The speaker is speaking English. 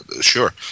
sure